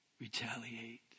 retaliate